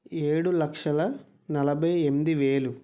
ఏడు లక్షల నలభై ఎనిమిది వేలు